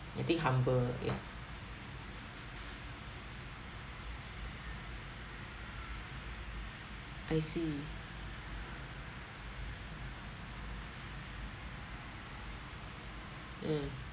you think humble ya I see mm